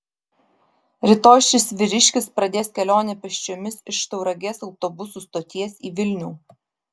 rytoj šis vyriškis pradės kelionę pėsčiomis iš tauragės autobusų stoties į vilnių